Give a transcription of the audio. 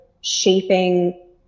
shaping